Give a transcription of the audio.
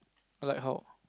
like how